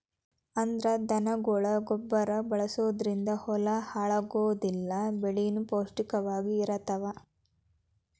ಅಂದ್ರ ದನಗೊಳ ಗೊಬ್ಬರಾ ಬಳಸುದರಿಂದ ಹೊಲಾ ಹಾಳ ಆಗುದಿಲ್ಲಾ ಬೆಳಿನು ಪೌಷ್ಟಿಕ ವಾಗಿ ಇರತಾವ